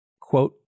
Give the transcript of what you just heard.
Quote